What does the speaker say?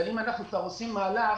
אבל אם כבר עושים מהלך,